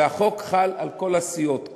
והחוק חל על כל הסיעות,